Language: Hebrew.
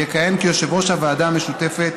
אכהן כיושב-ראש הוועדה המשותפת